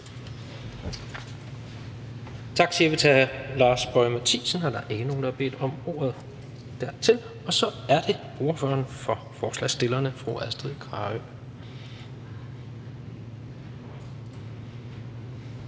Tak, siger vi til hr. Lars Boje Mathiesen. Der er ikke nogen, der har bedt om ordet dertil. Så er det ordføreren for forslagsstillerne, fru Astrid Carøe.